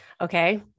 Okay